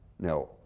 Now